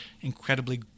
incredibly